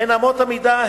הן אמות המידה,